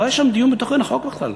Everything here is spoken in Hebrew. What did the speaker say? לא היה שם דיון על תוכן החוק בכלל.